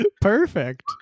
Perfect